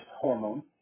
hormone